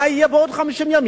מה יהיה בעוד 50 ימים?